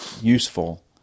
useful